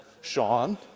Sean